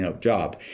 job